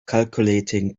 calculating